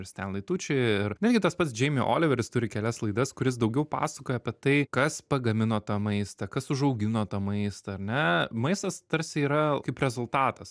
ir stenli tuči ir netgi tas pats džeimi oliveris turi kelias laidas kur jis daugiau pasakoja apie tai kas pagamino tą maistą kas užaugino tą maistą ar ne maistas tarsi yra kaip rezultatas